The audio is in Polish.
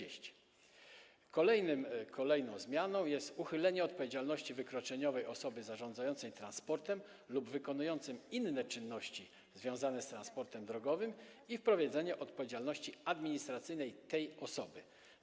Kolejną zmianą jest uchylenie odpowiedzialności wykroczeniowej osoby zarządzającej transportem lub wykonującej inne czynności związane z transportem drogowym i wprowadzenie odpowiedzialności administracyjnej tej osoby.